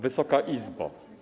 Wysoka Izbo!